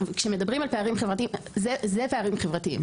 כשמדברים על פערים חברתיים אלה פערים חברתיים,